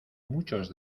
muchos